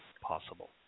possible